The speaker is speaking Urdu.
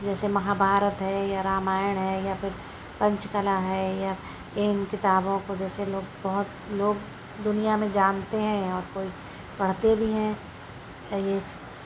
جیسے مہابھارت ہے یا رامائن ہے یا پھر پنچ کلا ہے یا ان کتابوں کو جیسے لوگ بہت لوگ دنیا میں جانتے ہیں اور کوئی پڑھتے بھی ہیں ہے یہ اس